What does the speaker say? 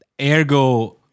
Ergo